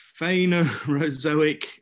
phanerozoic